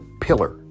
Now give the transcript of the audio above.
pillar